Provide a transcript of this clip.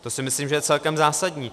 To si myslím, že je celkem zásadní.